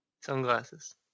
sunglasses